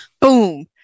Boom